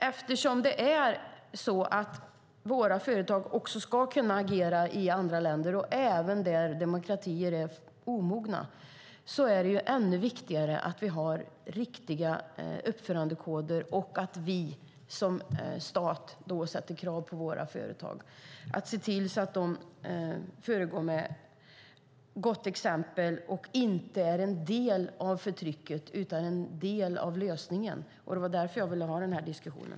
Eftersom det är så att våra företag också ska kunna agera i andra länder, även där demokratier är omogna, är det viktigt att vi har riktiga uppförandekoder och att vi som stat ställer krav på våra företag. Vi ska se till att de föregår med gott exempel och inte är en del av förtrycket utan en del av lösningen. Det var därför jag ville ha denna diskussion.